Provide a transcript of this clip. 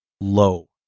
low